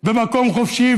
ומקום חופשי,